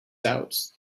out